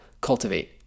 cultivate